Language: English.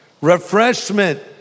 refreshment